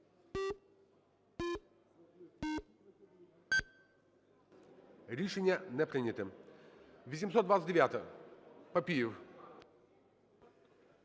Рішення не прийнято. 829-а, Папієв.